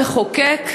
המחוקק,